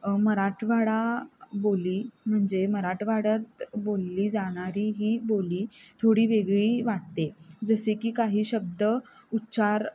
मराठवाडा बोली म्हणजे मराठवाड्यात बोलली जाणारी ही बोली थोडी वेगळी वाटते जसे की काही शब्द उच्चार